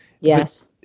Yes